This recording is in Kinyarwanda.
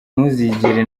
ntuzigere